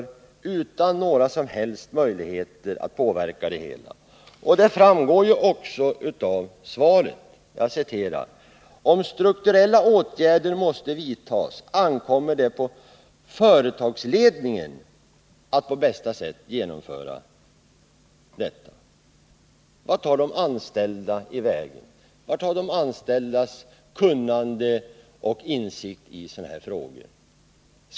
De skall inte ha några som helst möjligheter att kunna påverka situationen. Det framgår också av svaret. Industriministern säger nämligen: ”Om strukturella åtgärder måste vidtas, ankommer det på företagsledningen att på bästa sätt genomföra dessa.” Vart tar de anställda vägen? Vart tar de anställdas kunnande och insikter i sådana här frågor vägen?